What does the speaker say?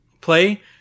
play